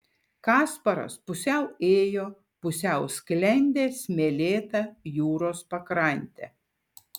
kasparas pusiau ėjo pusiau sklendė smėlėta jūros pakrante